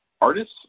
artists